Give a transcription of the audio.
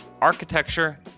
architecture